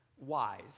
wise